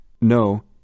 No